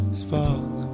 spark